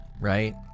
right